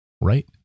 right